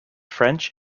french